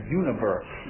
universe